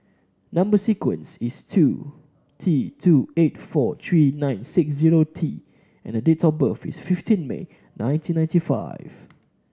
number sequence is two T two eight four three nine six zero T and the date of birth is fifteen May nineteen ninety five